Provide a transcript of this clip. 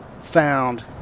found